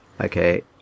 Okay